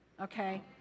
okay